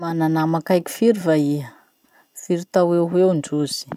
Mana nama akaiky firy va iha? Firy tao eo ho eo ndrozy?